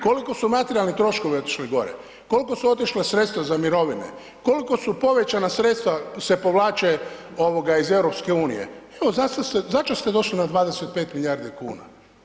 Koliko su materijalni troškovi otišli gore, koliko su otišla sredstva za mirovine, koliko su povećana sredstva se povlače ovoga iz EU, evo začas ste došli na 25 milijardi kuna.